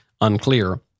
unclear